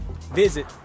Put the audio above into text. visit